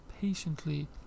patiently